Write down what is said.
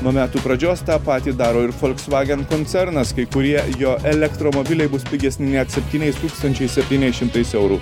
nuo metų pradžios tą patį daro ir folksvagen koncernas kai kurie jo elektromobiliai bus pigesni net septyniais tūkstančiais septyniais šimtais eurų